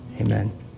Amen